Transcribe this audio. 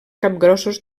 capgrossos